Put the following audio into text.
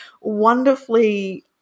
wonderfully